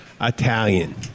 Italian